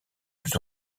plus